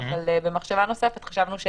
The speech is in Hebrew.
אבל במחשבה נוספת חשבנו,